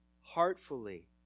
heartfully